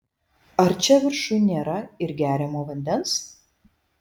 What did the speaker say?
ar čia viršuj nėra ir geriamo vandens